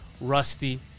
rusty